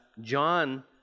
John